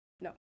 No